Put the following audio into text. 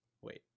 Wait